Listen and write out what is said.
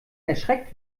erschreckt